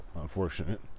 unfortunate